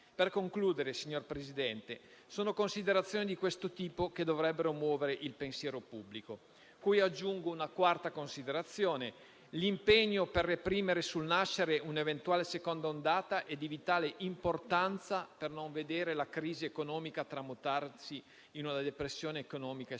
Per concludere, signor Presidente, sono considerazioni di questo tipo che dovrebbero muovere il pensiero pubblico, cui aggiungo una quarta considerazione: l'impegno per reprimere sul nascere un'eventuale seconda ondata è di vitale importanza, per non vedere la crisi economica tramutarsi in una depressione economica e sociale.